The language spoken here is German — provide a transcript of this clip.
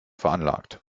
veranlagt